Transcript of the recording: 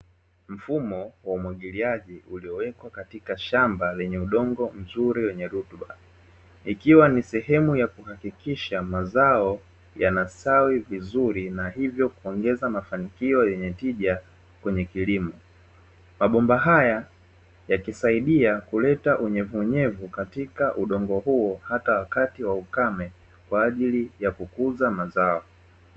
Mfumo wa umwagiliaji uliowekwa katika shamba lenye udongo mzuri wenye rutuba, ikiwa ni sehemu ya kuhakikisha mazao yanasawi vizuri na hivyo kuongeza mafanikio yenye tija kwenye kilimo, mabomba haya yakisaidia kuleta unyevu unyevu katika udongo huo hata wakati wa ukame kwa ajili ya kukuza mazao.